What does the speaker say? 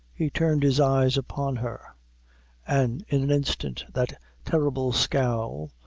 he turned his eyes upon her and in an instant that terrible scowl,